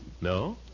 No